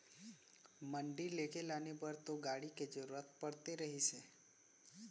मंडी लेगे लाने बर तो गाड़ी के जरुरत पड़ते रहिस हे